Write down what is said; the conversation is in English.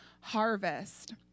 harvest